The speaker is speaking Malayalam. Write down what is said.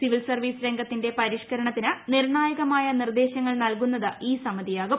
സിവിൽ സർവീസ് രംഗത്തിന്റെ പരിഷ്കരണത്തിന് നിർണായകമായ നിർദ്ദേശങ്ങൾ നൽകുന്നത് ഈ സമിതിയാകും